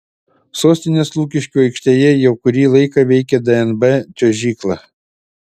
sostinės lukiškių aikštėje jau kurį laiką veikia dnb čiuožykla